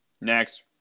Next